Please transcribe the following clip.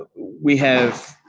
ah we have,